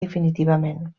definitivament